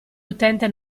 utente